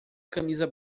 camisa